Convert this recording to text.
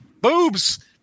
Boobs